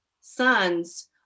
sons